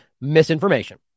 misinformation